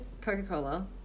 coca-cola